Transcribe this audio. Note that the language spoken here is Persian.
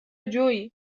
جویی